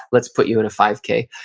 let's put you in a five k.